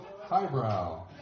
Highbrow